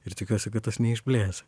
ir tikiuosi kad tas neišblės